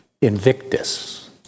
Invictus